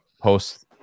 post